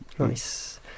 Nice